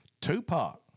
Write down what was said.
Tupac